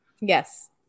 yes